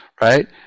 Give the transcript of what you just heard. right